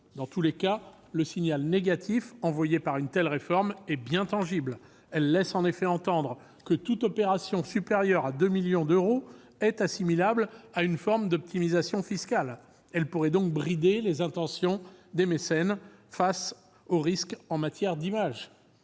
Dans tous les cas, le signal négatif envoyé par une telle réforme est bien tangible. Celle-ci laisse en effet entendre que toute opération dont le coût est supérieur à 2 millions d'euros est assimilable à une forme d'optimisation fiscale. Elle pourrait donc brider les intentions des mécènes, qui prendraient un risque en termes d'image.